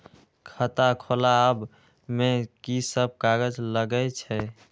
खाता खोलाअब में की सब कागज लगे छै?